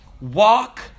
walk